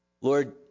Lord